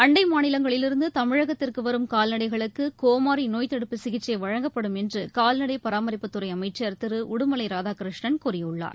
அண்டைமாநிலங்களிலிருந்துதமிழகத்திற்குவரும் கால்நடைகளுக்கும் கோமாரிநோய் தடுப்பு சிகிச்சைவழங்கப்படும் என்றுகால்நடைபராமரிப்புத் துறைஅமைச்சர் திருஉடுமலைாதாகிருஷ்ணன் கூறியுள்ளார்